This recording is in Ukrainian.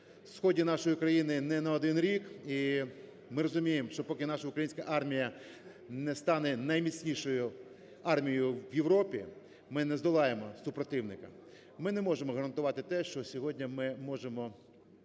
сході нашої країни не на один рік, і ми розуміємо, що поки наша українська армія не стане найміцнішою армією в Європі, ми не здолаємо супротивника, ми не можемо гарантувати те, що сьогодні ми можемо